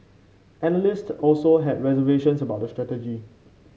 analysts also had reservations about the strategy